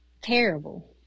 terrible